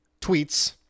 tweets